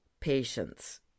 patience